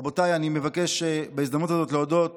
רבותיי, אני מבקש בהזדמנות הזאת להודות